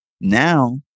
Now